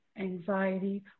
anxiety